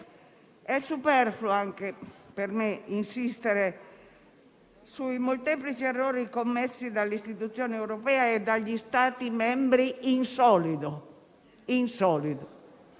È superfluo, per me, insistere sui molteplici errori commessi dalle istituzione europee e dagli Stati membri in solido.